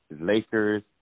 Lakers